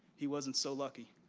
he wasn't so lucky.